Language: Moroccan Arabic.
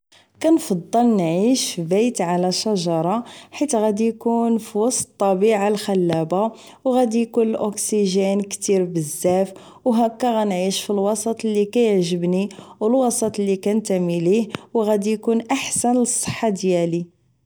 كنفضل نعيش في بيت على شجره حيت غادي يكون في وسط الطبيعه الخلابه وغادي يكون الاوكسجين كتير بزاف وهكا نعيش في الوسط اللي كيعجبني والوسط اللي كننتامي ليه وغادي يكون احسن للصحه ديالي